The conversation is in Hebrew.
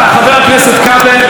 חבר הכנסת כבל,